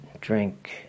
drink